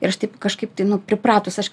ir aš taip kažkaip tai nu pripratus aš